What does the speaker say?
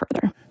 further